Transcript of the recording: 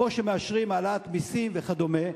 כמו שמאשרים העלאת מסים וכדומה,